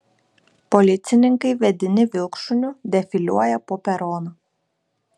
policininkai vedini vilkšuniu defiliuoja po peroną